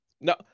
No